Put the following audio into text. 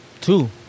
Two